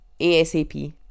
asap